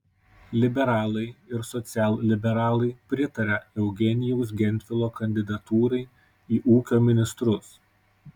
liberalai ir socialliberalai pritaria eugenijaus gentvilo kandidatūrai į ūkio ministrus